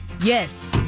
Yes